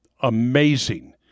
Amazing